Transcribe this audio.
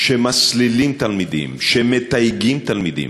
שמסלילים תלמידים, שמתייגים תלמידים.